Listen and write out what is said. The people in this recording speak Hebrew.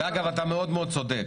ואגב, אתה מאוד מאוד צודק.